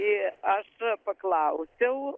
ir aš paklausiau